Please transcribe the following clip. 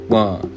one